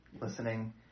Listening